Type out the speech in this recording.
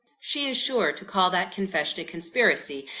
she is sure to call that confession a conspiracy.